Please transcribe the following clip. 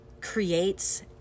creates